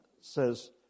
says